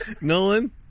Nolan